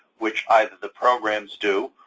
which either the programs do,